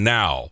now